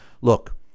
Look